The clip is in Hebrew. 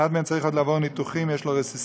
אחד מהם צריך עוד לעבור ניתוחים, יש לו רסיסים.